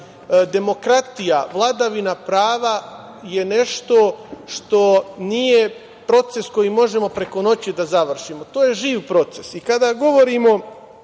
raditi. Demokratija, vladavina prava je nešto što nije proces koji možemo preko noći da završimo. To je živ proces i kada govorimo